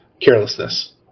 carelessness